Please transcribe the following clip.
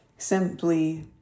Simply